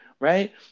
Right